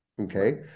okay